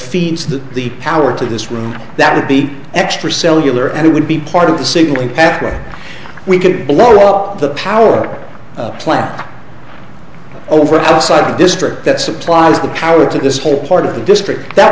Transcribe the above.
that the power to this room that would be extra cellular and it would be part of the signal path where we could blow up the power plant over outside the district that supplies the power to this whole part of the district that